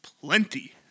plenty